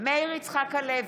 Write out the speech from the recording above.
מאיר יצחק הלוי,